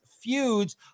feuds